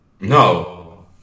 No